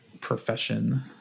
profession